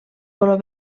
color